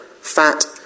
fat